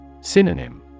Synonym